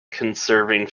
conserving